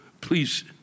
please